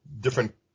different